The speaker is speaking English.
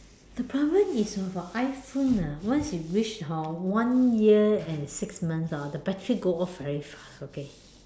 the problem is orh for iPhone ah once it reach hor one year and six months orh the battery goes off very fast okay